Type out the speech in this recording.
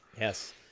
Yes